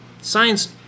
science